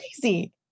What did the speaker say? crazy